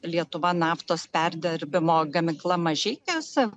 lietuva naftos perdirbimo gamykla mažeikiuose